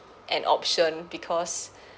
an option because